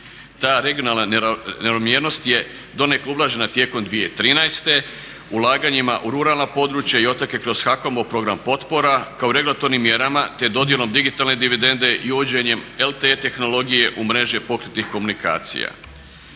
Ta regionalna neravnomjernost je donekle ublažena tijekom 2013. ulaganjima u ruralna područja i otoke kroz HAKOM-ov program potpora kao regulatornim mjerama te dodjelom digitalne dividende i uvođenjem LT tehnologije u mreže pokretnih komunikacija.